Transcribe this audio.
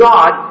God